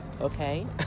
Okay